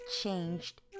changed